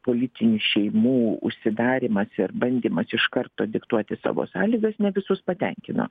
politinių šeimų užsidarymas ir bandymas iš karto diktuoti savo sąlygas ne visus patenkino